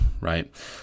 right